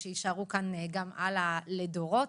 שיישארו גם הלאה לדורות.